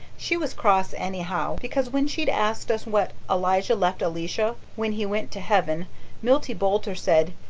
she was cross anyhow, because when she'd asked us what elijah left elisha when he went to heaven milty boulter said,